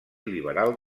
liberal